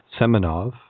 Semenov